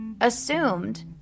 Assumed